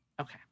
Okay